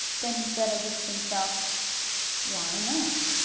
then he said, as if to himself why not?